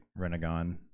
renegon